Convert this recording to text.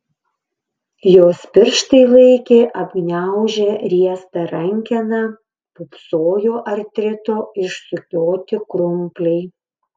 jos pirštai laikė apgniaužę riestą rankeną pūpsojo artrito išsukioti krumpliai